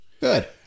Good